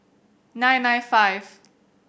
nine nine five